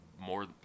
more